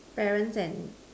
parents and